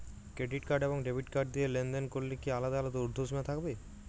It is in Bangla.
ক্রেডিট কার্ড এবং ডেবিট কার্ড দিয়ে লেনদেন করলে কি আলাদা আলাদা ঊর্ধ্বসীমা থাকবে?